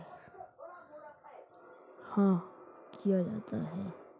IMPS से transaction किया जाता है